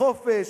בחופש,